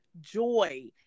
joy